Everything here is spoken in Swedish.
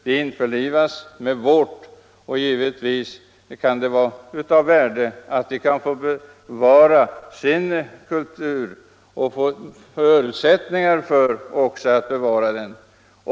De införlivas med vårt samhälle, och givetvis kan det vara av värde att de får bevara sin kultur —- och också får förutsättningar för detta.